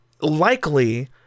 likely